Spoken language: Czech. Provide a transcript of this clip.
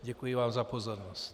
Děkuji vám za pozornost.